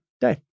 day